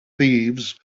thieves